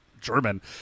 German